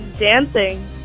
Dancing